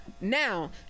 now